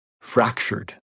fractured